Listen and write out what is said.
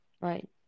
right